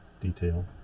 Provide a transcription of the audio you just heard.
detail